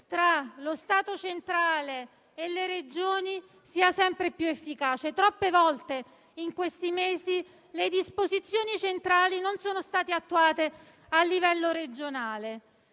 tra lo Stato centrale e le Regioni sia sempre più efficace. Troppe volte in questi mesi le disposizioni centrali non sono state attuate a livello regionale;